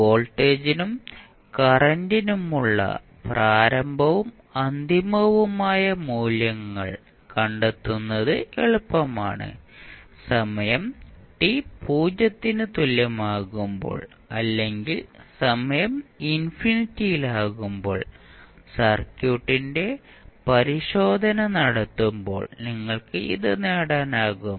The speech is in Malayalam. വോൾട്ടേജിനും കറന്റിനുമുള്ള പ്രാരംഭവും അന്തിമവുമായ മൂല്യങ്ങൾ കണ്ടെത്തുന്നത് എളുപ്പമാണ് സമയം t 0 ന് തുല്യമാകുമ്പോൾ അല്ലെങ്കിൽ സമയം ഇൻഫിനിറ്റിയിലാകുമ്പോൾ സർക്യൂട്ടിന്റെ പരിശോധന നടത്തുമ്പോൾ നിങ്ങൾക്ക് ഇത് നേടാനാകും